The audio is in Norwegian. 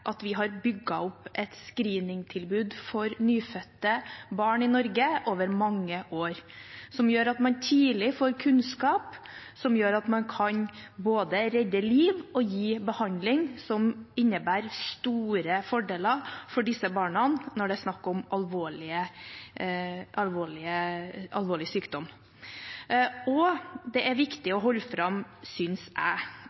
at vi har bygd opp et screeningtilbud for nyfødte barn i Norge over mange år – som gjør at man tidlig får kunnskap som gjør at man kan både redde liv og gi behandling, og som innebærer store fordeler for disse barna når det er snakk om alvorlig sykdom. Det er viktig